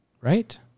right